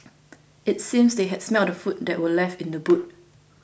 it seemed that they had smelt the food that were left in the boot